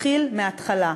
תתחיל מההתחלה,